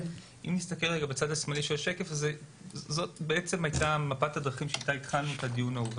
בצד השמאלי של השקף זו מפת הדרכים שאתה התחלנו את הדיון ההוא.